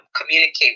communicate